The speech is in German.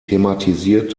thematisiert